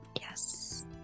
yes